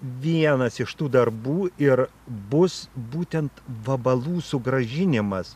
vienas iš tų darbų ir bus būtent vabalų sugrąžinimas